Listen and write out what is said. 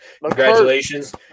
Congratulations